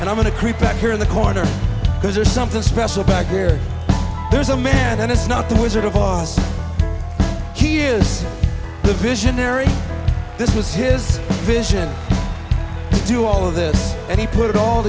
and i'm going to creep back here in the corner because there's something special back here there's a man and it's not the wizard of oz he is the visionary this was his vision to all of this and he put it all